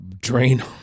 drain